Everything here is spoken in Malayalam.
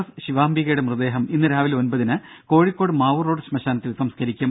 എസ് ശിവാംബികയുടെ മൃതദേഹം ഇന്ന് രാവിലെ ഒൻപതിന് കോഴിക്കോട് മാവൂർ റോഡ് ശ്മശാനത്തിൽ സംസ്കരിക്കും